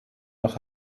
nach